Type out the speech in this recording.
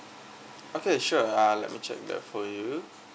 okay sure uh let me check that for you